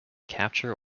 capture